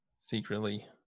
secretly